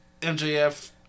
MJF